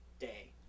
day